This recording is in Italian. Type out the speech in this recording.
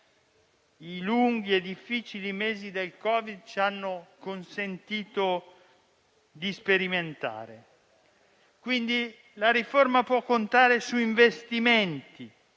i lunghi e difficili mesi del Covid ci hanno consentito di sperimentare. Quindi, la riforma può contare su investimenti